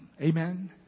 Amen